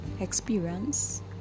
experience